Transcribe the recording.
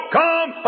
come